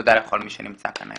ותודה לכל מי שנמצא כאן היום.